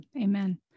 Amen